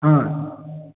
ꯑꯥ